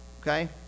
Okay